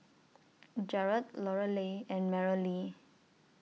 Jarod Lorelei and Merrilee